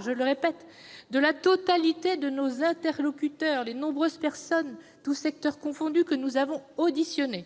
je le répète -de la totalité de nos interlocuteurs, ces nombreuses personnes, tous secteurs confondus, que nous avons auditionnées.